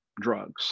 drugs